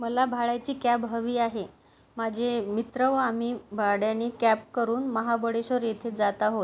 मला भाड्याची कॅब हवी आहे माझे मित्र व आम्ही भाड्यानी कॅब करून महाबळेश्वर येथे जात आहोत